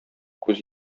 күз